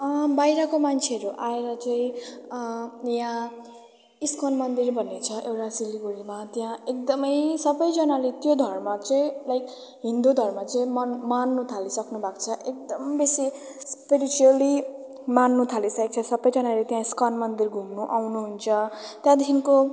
बाहिरको मान्छेहरू आएर चाहिँ यहाँ इस्कन मन्दिर भन्ने छ एउटा सिलगढीमा त्यहाँ एकदमै सबैजनाले त्यो धर्म चाहिँ लाइक हिन्दु धर्म चाहिँ मन मान्नु थालिसक्नु भएको छ एकदम बेसी स्प्रिचुअली मान्नु थालिसकेको छ सबैजनाले त्यहाँ इस्कन मन्दिर घुम्नु आउनुहुन्छ त्यहाँदेखिको